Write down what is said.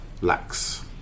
lacks